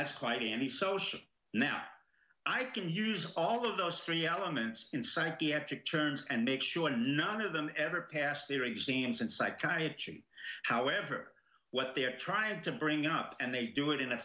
that's quite a any social now i can use all of those three elements in psychiatric terms and make sure none of them ever pass their exams in psychiatry however what they're trying to bring up and they do it in a